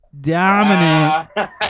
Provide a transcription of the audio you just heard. Dominant